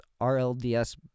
RLDS